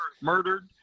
murdered